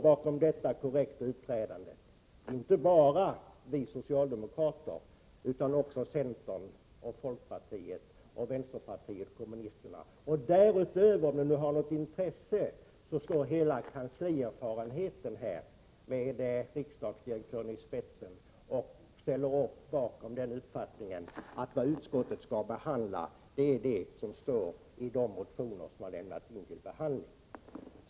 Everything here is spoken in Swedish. Bakom detta korrekta uppträdande står inte bara vi socialdemokrater, utan också centern, folkpartiet och vänsterpartiet kommunisterna. Därutöver säger — om det nu har något intresse — all kanslierfarenhet att vad utskottet skall behandla är det som står i de motioner som har lämnats in till behandling. Hela kammarkansliet, med riksdagsdirektören i spetsen, ställer sig bakom denna uppfattning.